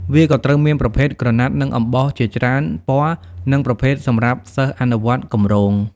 វាក៏ត្រូវមានប្រភេទក្រណាត់និងអំបោះជាច្រើនពណ៌និងប្រភេទសម្រាប់សិស្សអនុវត្តគម្រោង។